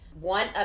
one